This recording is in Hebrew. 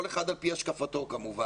כל אחד על פי השקפתו כמובן,